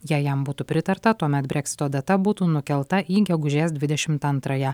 jei jam būtų pritarta tuomet breksito data būtų nukelta į gegužės dvidešimt antrąją